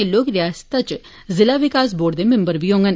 एह लोक रियासत इच जिला विकास बोर्ड दे मिम्बर बी होडन